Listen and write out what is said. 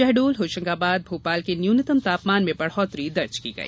शहडोल होशंगाबाद भोपाल के न्यूनतम तापमान में बढ़ोतरी दर्ज की गई